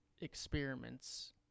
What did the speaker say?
experiments